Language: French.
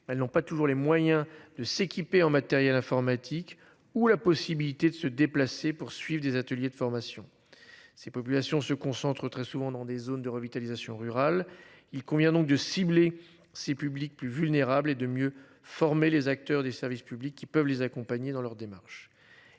elles n'ont pas toujours les moyens de s'équiper en matériel informatique ou la possibilité de se déplacer poursuivent des ateliers de formation. Ces populations se concentrent très souvent dans des zones de revitalisation rurale, il convient donc de cibler ces publics plus vulnérables et de mieux former les acteurs des services publics qui peuvent les accompagner dans leurs démarches.